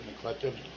collective